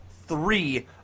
three